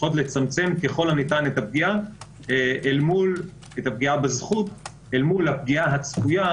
צריכות לצמצם ככל הניתן את הפגיעה בזכות אל מול הפגיעה הצפויה,